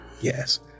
Yes